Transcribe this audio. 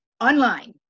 online